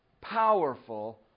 powerful